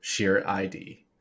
ShareID